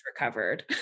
recovered